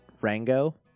Rango